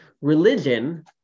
Religion